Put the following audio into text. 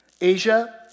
Asia